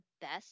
best